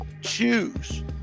Choose